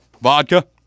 vodka